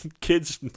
kids